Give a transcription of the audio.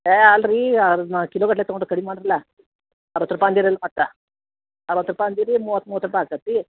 ಹೇ ಅಲ್ಲ ರಿ ಈಗ ಕಿಲೋಗಟ್ಟಲೆ ತೊಗೊಂಡ್ರೆ ಕಡಿಮೆ ಮಾಡಿರಲ್ಲ ಅರ್ವತ್ತು ರೂಪಾಯಿ ಅಂದಿರಲ್ಲ ಮತ್ತೆ ಅರ್ವತ್ತು ರೂಪಾಯಿ ಅಂದಿರಿ ಮೂವತ್ತು ಮೂವತ್ತು ರೂಪಾಯಿ ಆಗ್ತತಿ